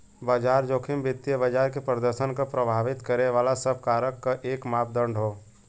बाजार जोखिम वित्तीय बाजार के प्रदर्शन क प्रभावित करे वाले सब कारक क एक मापदण्ड हौ